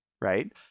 right